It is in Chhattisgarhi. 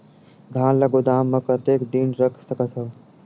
धान ल गोदाम म कतेक दिन रख सकथव?